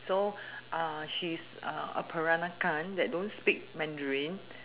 so uh she's uh a peranakan that don't speak mandarin